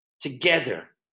together